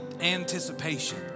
anticipation